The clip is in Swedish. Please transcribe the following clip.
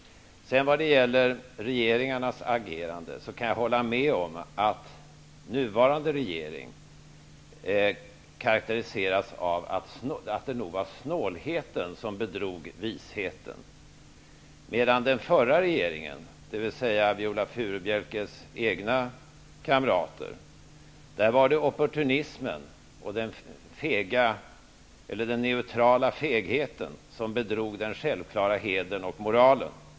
När det gäller regeringarnas agerande, kan jag hålla med om att nuvarande regering karakteriseras av att det nog var snålheten som bedrog visheten, medan det när det gäller den förra regeringen, dvs. Viola Furubjelkes egna kamrater, var opportunismen och den neutrala fegheten som bedrog den självklara hedern och moralen.